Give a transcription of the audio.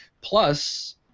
Plus